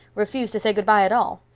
refused to say good-bye at all.